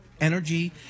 energy